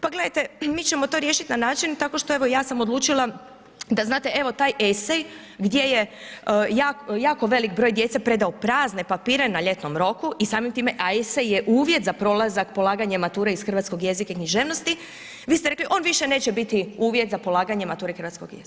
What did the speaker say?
Pa gledajte, mi ćemo to riješiti na način tako što evo ja sam odlučila da znate evo taj esej gdje je jako veliki broj djece predao prazne papire na ljetnom roku i samim time, a esej je uvjet za prolazak, polaganje mature iz hrvatskog jezika i književnosti, vi ste rekli on više neće biti uvjet za polaganje mature hrvatskog jezika.